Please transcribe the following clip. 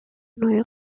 neue